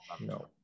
no